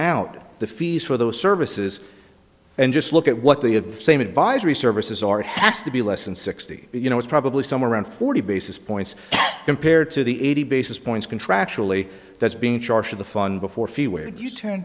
out the fees for those services and just look at what they have the same advisory services are it has to be less than sixty you know it's probably somewhere around forty basis points compared to the eighty basis points contract surely that's being in charge of the fund before